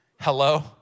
hello